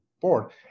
board